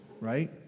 right